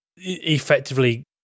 effectively